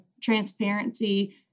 transparency